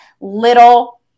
little